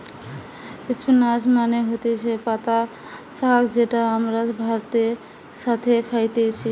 spinach মানে হতিছে পাতা শাক যেটা আমরা ভাতের সাথে খাইতেছি